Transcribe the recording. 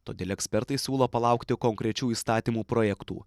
todėl ekspertai siūlo palaukti konkrečių įstatymų projektų